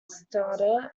starter